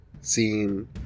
seeing